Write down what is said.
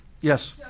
Yes